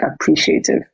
appreciative